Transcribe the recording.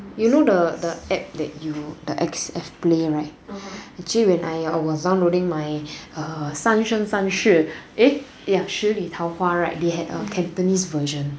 you know the the app that you the F_X play right actually when I was downloading my err 三生三世 eh ya 十里桃花 right they had a cantonese version